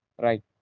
right